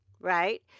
Right